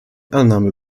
annahme